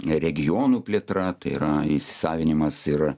regionų plėtra tai yra įsisavinimas ir